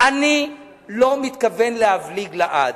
אני לא מתכוון להבליג לעד.